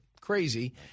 Crazy